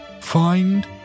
find